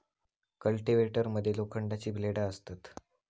cultivator मध्ये लोखंडाची ब्लेडा असतत